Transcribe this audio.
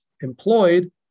employed